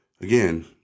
again